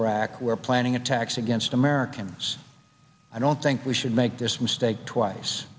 iraq were planning attacks against americans i don't think we should make this mistake twice